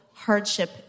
hardship